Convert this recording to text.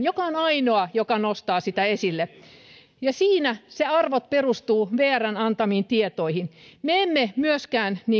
joka on ainoa joka nostaa sitä esille siinä arvot perustuvat vrn antamiin tietoihin me emme myöskään